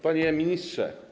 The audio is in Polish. Panie Ministrze!